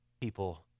people